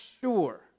sure